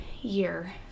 year